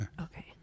okay